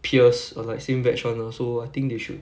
peers err like same batch [one] so I think they should